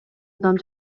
адам